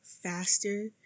Faster